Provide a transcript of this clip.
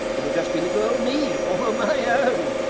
it'll just be little old me, all on my ah own,